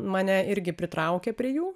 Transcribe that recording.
mane irgi pritraukia prie jų